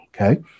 okay